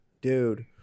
dude